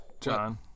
John